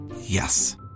Yes